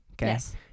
Yes